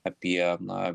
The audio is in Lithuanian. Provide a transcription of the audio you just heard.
apie na